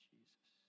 Jesus